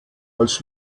als